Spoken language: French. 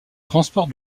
transport